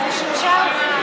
הנשים החרדיות,